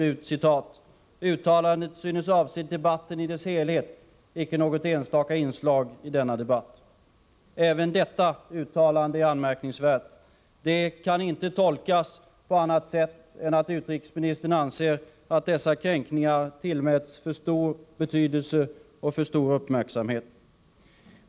Uttalandet synes avse debatten i dess helhet, icke något enstaka inslag i denna. Även detta uttalande är anmärkningsvärt. Det kan inte tolkas på annat sätt än att utrikesministern anser att dessa kränkningar tillmätts för stor betydelse och för stor uppmärksamhet.